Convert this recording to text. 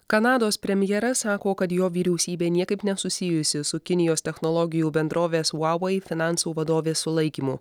kanados premjeras sako kad jo vyriausybė niekaip nesusijusi su kinijos technologijų bendrovės huavei finansų vadovės sulaikymu